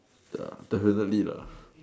ya definitely lah